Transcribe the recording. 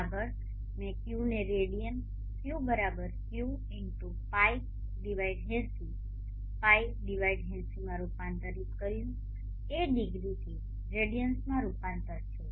આગળ મેં ક્યૂને રેડિયન Q Q x Π80 Π80 માં રૂપાંતરિત કર્યું એ ડિગ્રીથી રેડિયન્સમાં રૂપાંતર છે